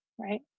Right